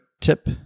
tip